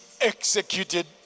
executed